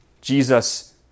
Jesus